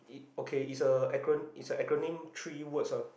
okay is a acro~ is a acronym three words ah